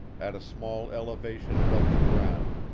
at a small elevation above the ground,